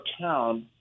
town